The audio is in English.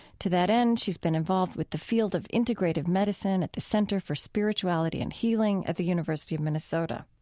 to that end, she's been involved with the field of integrative medicine at the center for spirituality and healing at the university of minnesota.